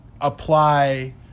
apply